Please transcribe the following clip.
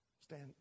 stand